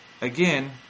again